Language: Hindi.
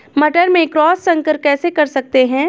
मटर में क्रॉस संकर कैसे कर सकते हैं?